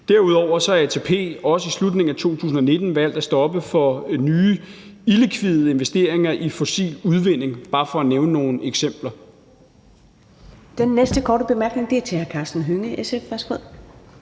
Derudover har ATP også i slutningen af 2019 valgt at stoppe for nye illikvide investeringer i fossil udvinding. Det er bare for at nævne nogle eksempler. Kl. 15:22 Første næstformand (Karen Ellemann):